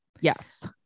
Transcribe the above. Yes